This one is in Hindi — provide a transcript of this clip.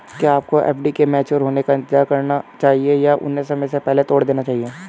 क्या आपको एफ.डी के मैच्योर होने का इंतज़ार करना चाहिए या उन्हें समय से पहले तोड़ देना चाहिए?